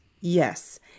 Yes